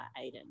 Aiden